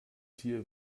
tier